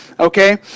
okay